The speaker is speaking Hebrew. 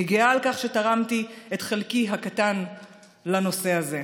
אני גאה על כך שתרמתי את חלקי הקטן לנושא הזה.